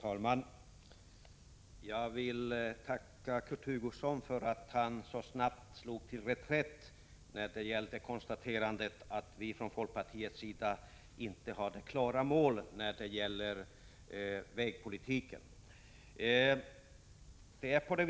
Fru talman! Jag vill tacka Kurt Hugosson för att han så snabbt slog till reträtt i fråga om konstaterandet att vi från folkpartiets sida inte hade ett klart mål beträffande vägpolitiken.